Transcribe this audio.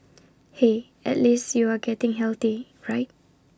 hey at least you are getting healthy right